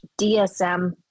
DSM